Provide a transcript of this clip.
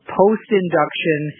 post-induction